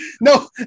no